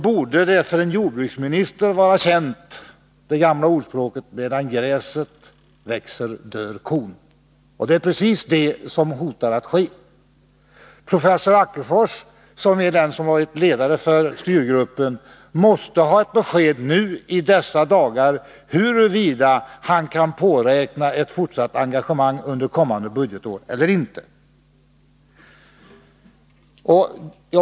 För en jordbruksminister borde det gamla ordspråket vara känt: Medan gräset växer dör kon. Det är precis det som hotar att ske. Professor Ackefors, som varit ledare för styrgruppen, måste ha ett besked nu i dessa dagar huruvida han kan påräkna ett fortsatt engagemang under kommande budgetår eller inte.